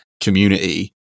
Community